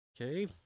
okay